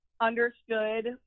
understood